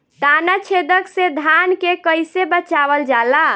ताना छेदक से धान के कइसे बचावल जाला?